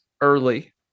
early